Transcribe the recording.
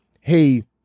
hey